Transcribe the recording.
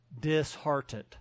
disheartened